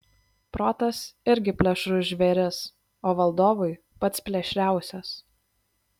protas irgi plėšrus žvėris o valdovui pats plėšriausias